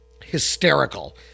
hysterical